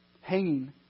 hanging